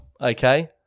okay